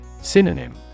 Synonym